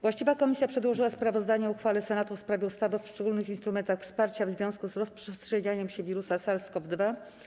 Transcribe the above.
Właściwa komisja przedłożyła sprawozdanie o uchwale Senatu w sprawie ustawy o szczególnych instrumentach wsparcia w związku z rozprzestrzenianiem się wirusa SARS-CoV-2.